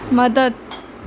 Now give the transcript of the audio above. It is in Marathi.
मदत